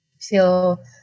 feel